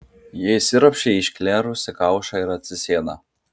jie įsiropščia į išklerusį kaušą ir atsisėda